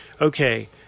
okay